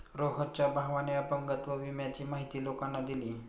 रोहनच्या भावाने अपंगत्व विम्याची माहिती लोकांना दिली